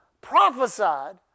prophesied